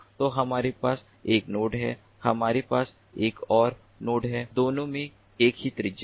तो हमारे पास एक नोड है हमारे पास एक और नोड है दोनों में एक ही त्रिज्या है